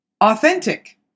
Authentic